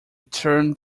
turned